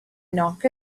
knock